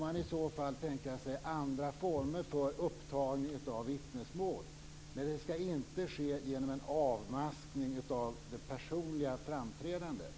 Man får tänka sig andra former för upptagning av vittnesmål. Det skall inte ske genom en maskering av det personliga framträdandet.